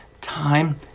time